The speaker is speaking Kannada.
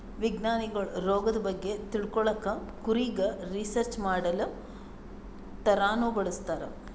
ವಿಜ್ಞಾನಿಗೊಳ್ ರೋಗದ್ ಬಗ್ಗೆ ತಿಳ್ಕೊಳಕ್ಕ್ ಕುರಿಗ್ ರಿಸರ್ಚ್ ಮಾಡಲ್ ಥರಾನೂ ಬಳಸ್ತಾರ್